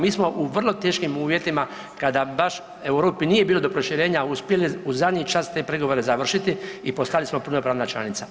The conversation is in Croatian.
Mi smo u vrlo teškim uvjetima kada baš Europi nije bilo do proširenja uspjeli u zadnji čas te pregovore završiti i postali smo punopravna članica.